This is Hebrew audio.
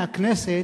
מהכנסת,